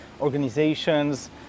organizations